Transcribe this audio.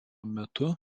metu